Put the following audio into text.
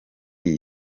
iyi